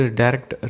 direct